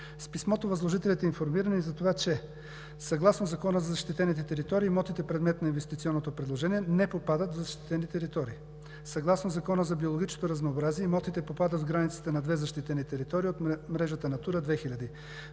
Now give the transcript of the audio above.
С писмото възложителят е информиран и за това, че съгласно Закона за защитените територии имотите, предмет на инвестиционното предложение, не попадат в защитени територии. Съгласно Закона за биологичното разнообразие имотите попадат в границите на две защитени територии от мрежата Натура 2000